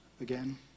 again